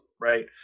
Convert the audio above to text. Right